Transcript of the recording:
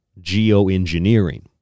Geoengineering